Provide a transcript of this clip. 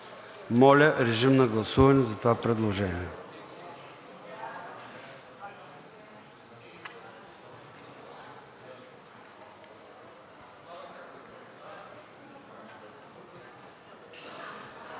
Моля, режим на гласуване за това предложение.